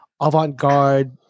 avant-garde